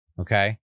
Okay